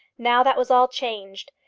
now that was all changed.